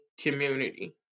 community